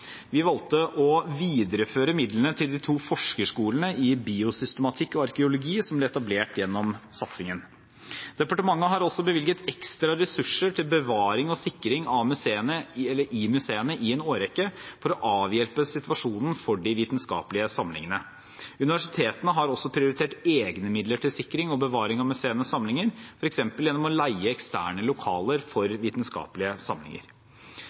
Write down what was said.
Vi valgte å videreføre midlene til de to forskerskolene i biosystematikk og arkeologi, som ble etablert gjennom satsingen. Departementet har også bevilget ekstra ressurser til bevaring og sikring i museene i en årrekke for å avhjelpe situasjonen for de vitenskapelige samlingene. Universitetene har også prioritert egne midler til sikring og bevaring av museenes samlinger, f.eks. gjennom å leie eksterne lokaler for vitenskapelige samlinger.